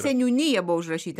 seniūnija buvo užrašyta